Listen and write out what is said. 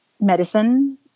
medicine